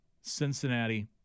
Cincinnati